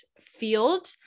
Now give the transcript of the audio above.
field